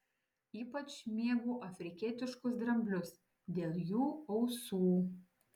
ypač mėgau afrikietiškus dramblius dėl jų ausų